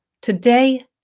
today